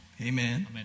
Amen